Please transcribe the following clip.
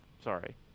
sorry